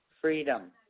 freedom